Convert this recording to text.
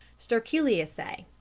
sterculiaceae.